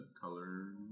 color